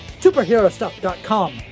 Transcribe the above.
superherostuff.com